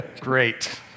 Great